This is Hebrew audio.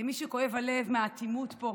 למי שכואב הלב מהאטימות פה,